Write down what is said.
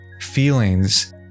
Feelings